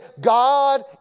God